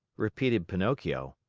repeated pinocchio.